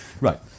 Right